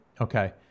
Okay